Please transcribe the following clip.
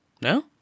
No